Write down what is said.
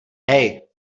hej